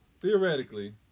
theoretically